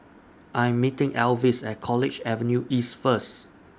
I Am meeting Elvis At College Avenue East First